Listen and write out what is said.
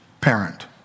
parent